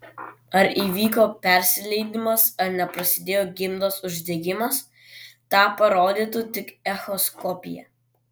ar įvyko persileidimas ar neprasidėjo gimdos uždegimas tą parodytų tik echoskopija